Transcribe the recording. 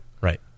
Right